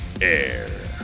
air